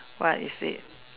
what is it